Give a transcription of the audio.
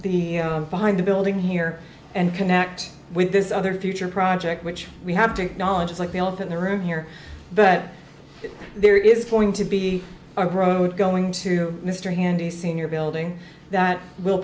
the behind the building here and connect with this other future project which we have to acknowledge is like the elephant in the room here but there is going to be a road going to mr handy sr building that will